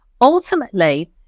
Ultimately